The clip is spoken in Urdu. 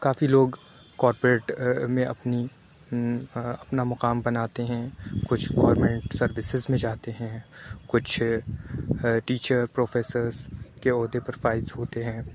کافی لوگ کارپوریٹ میں اپنی اپنا مقام بناتے ہیں کچھ گورمنٹ سروسیز میں جاتے ہیں کچھ ٹیچر پروفیسرس کے عہدے پر فائز ہوتے ہیں